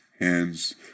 hands